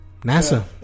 NASA